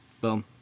Boom